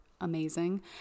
amazing